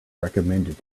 recommended